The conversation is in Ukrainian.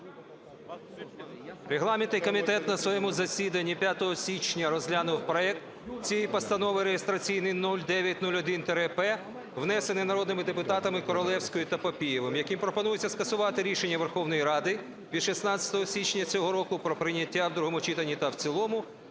Регламентний комітет на своєму засіданні 5 січня розглянув проект цієї постанови реєстраційній номер 0901-П, внесений народними депутатами Королевською та Папієвим, яким пропонується скасувати рішення Верховної Ради від 16 січня цього року про прийняття в другому читанні та в цілому